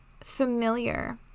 familiar